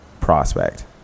prospect